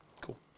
Cool